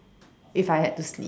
if I had to sleep